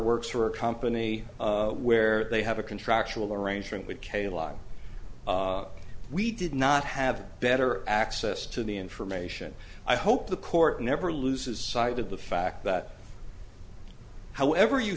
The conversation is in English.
works for a company where they have a contractual arrangement with kailai we did not have better access to the information i hope the court never loses sight of the fact that however you